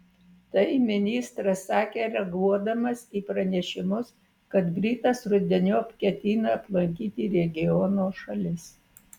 tai ministras sakė reaguodamas į pranešimus kad britas rudeniop ketina aplankyti regiono šalis